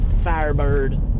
Firebird